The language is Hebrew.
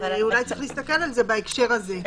אולי צריך להסתכל על זה בהקשר הזה,